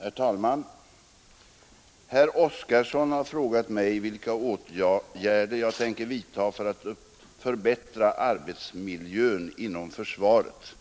Herr talman! Herr Oskarson har frågat mig vilka åtgärder jag tänker vidta för att förbättra arbetsmiljön inom försvaret.